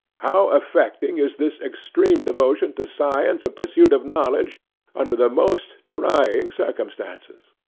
how affecting is this extreme devotion to science and pursuit of knowledge under the most trying circumstances!